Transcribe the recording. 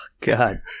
god